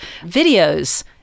videos